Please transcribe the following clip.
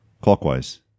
clockwise